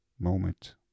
moment